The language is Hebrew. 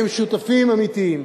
הם שותפים אמיתיים.